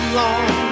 long